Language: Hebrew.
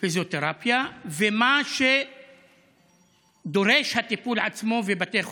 פיזיותרפיה ומה שדורש הטיפול עצמו ובתי החולים.